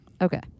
Okay